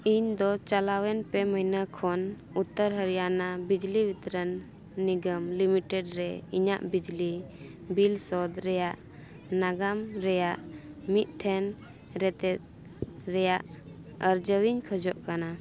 ᱤᱧᱫᱚ ᱪᱟᱞᱟᱣᱮᱱ ᱯᱮ ᱢᱟᱹᱱᱦᱟᱹ ᱠᱷᱚᱱ ᱩᱛᱛᱚᱨ ᱦᱚᱨᱤᱭᱟᱱᱟ ᱵᱤᱡᱽᱞᱤ ᱵᱤᱛᱚᱨᱚᱱ ᱱᱤᱜᱚᱢ ᱞᱤᱢᱤᱴᱮᱰ ᱨᱮ ᱤᱧᱟᱹᱜ ᱵᱤᱡᱽᱞᱤ ᱵᱤᱞ ᱥᱳᱫᱷ ᱨᱮᱭᱟᱜ ᱱᱟᱜᱟᱢ ᱨᱮᱭᱟᱜ ᱢᱤᱫ ᱴᱷᱮᱱ ᱨᱮᱛᱮᱫ ᱨᱮᱭᱟᱜ ᱟᱨᱡᱟᱣ ᱤᱧ ᱠᱷᱚᱡᱜ ᱠᱟᱱᱟ